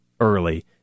early